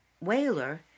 whaler